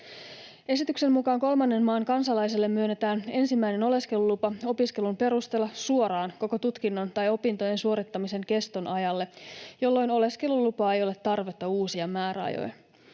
Esityksen mukaan kolmannen maan kansalaiselle myönnetään ensimmäinen oleskelulupa opiskelun perusteella suoraan koko tutkinnon tai opintojen suorittamisen keston ajalle, jolloin oleskelulupaa ei ole tarvetta uusia määräajoin.